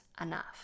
enough